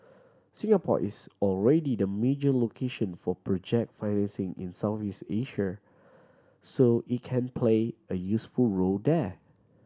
Singapore is already the major location for project financing in Southeast Asia so it can play a useful role there